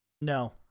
No